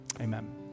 amen